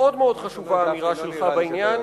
מאוד חשובה האמירה שלך בעניין,